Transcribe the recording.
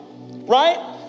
right